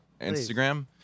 Instagram